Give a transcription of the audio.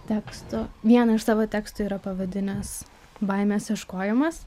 tekstų vieną iš savo tekstų yra pavadinęs baimės ieškojimas